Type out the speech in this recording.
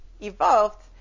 evolved